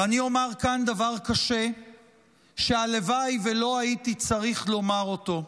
ואני אומר כאן דבר קשה שהלוואי שלא הייתי צריך לומר אותו: